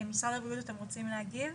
משרד הבריאות, אתם רוצים להגיב?